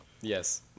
Yes